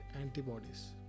antibodies